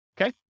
Okay